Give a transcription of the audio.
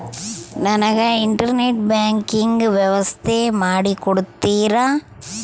ನನಗೆ internet banking ವ್ಯವಸ್ಥೆ ಮಾಡಿ ಕೊಡ್ತೇರಾ?